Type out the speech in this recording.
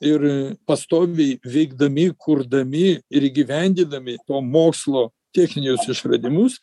ir pastoviai veikdami kurdami ir įgyvendindami to mokslo techninius išradimus